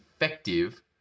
effective